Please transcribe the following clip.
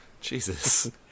Jesus